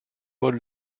paul